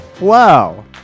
Wow